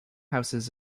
houses